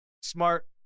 smart